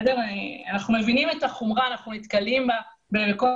אנחנו מבינים את החומרה, אנחנו נתקלים בה גם במקרה